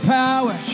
power